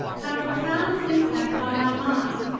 had a profound impact on my mind.